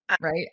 right